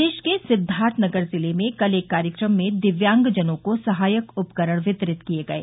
प्रदेश के सिद्वार्थनगर जिले में कल एक कार्यक्रम में दिव्यांगजनों को सहायक उपकरण वितरित किये गये